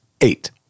Eight